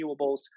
renewables